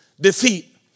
defeat